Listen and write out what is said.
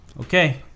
Okay